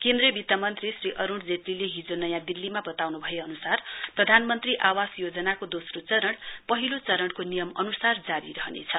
केन्द्रीय वित मन्त्री श्री अरुण जेटलीले हिजो नयाँ जिल्लीमा बताउन् भए अन्सार प्रधानमन्त्री आवास योजनाको दोस्रो चरण पहिलो चरण नियम अनुसार जारी रहनेछ